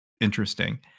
interesting